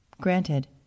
Granted